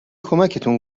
کمکتون